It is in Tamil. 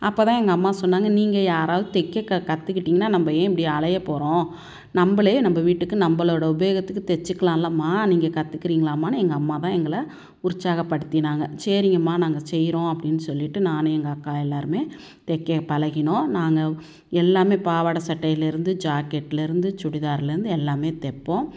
அப்போ தான் எங்கள் அம்மா சொன்னாங்க நீங்கள் யாராவது தைக்கக் க கற்றுக்கிட்டீங்கன்னா நம்ம ஏன் இப்படி அலையப் போகிறோம் நம்மளே நம்ம வீட்டுக்கு நம்மளோட உபயோகத்துக்குத் தைச்சுக்குலால்லமா நீங்கள் கற்றுக்கிறீங்களாம்மான்னு எங்கள் அம்மா தான் எங்களை உற்சாகப்படுத்தினாங்க சரிங்கம்மா நாங்கள் செய்கிறோம் அப்படின்னு சொல்லிவிட்டு நான் எங்கள் அக்கா எல்லோருமே தைக்கப் பழகினோம் நாங்கள் எல்லாமே பாவாடை சட்டையிலிருந்து ஜாக்கெட்லிருந்து சுடிதாரிலிருந்து எல்லாமே தைப்போம்